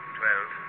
twelve